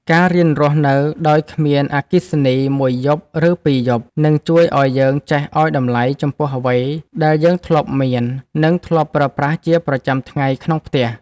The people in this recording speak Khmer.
ការរៀនរស់នៅដោយគ្មានអគ្គិសនីមួយយប់ឬពីរយប់នឹងជួយឱ្យយើងចេះឱ្យតម្លៃចំពោះអ្វីដែលយើងធ្លាប់មាន និង ធ្លាប់ប្រើប្រាស់ជាប្រចាំថ្ងៃក្នុងផ្ទះ។